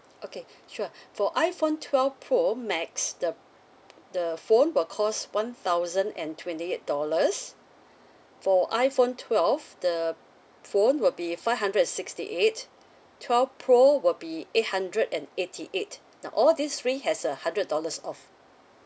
okay sure for iPhone twelve pro max the the phone will cost one thousand and twenty eight dollars for iPhone twelve the phone will be five hundred and sixty eight twelve pro will be eight hundred and eighty eight now all these three has a hundred dollars off